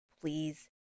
Please